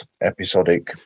episodic